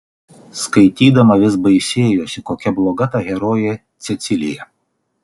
skaitydama vis baisėjosi kokia bloga ta herojė cecilija